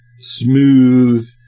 smooth